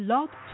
Love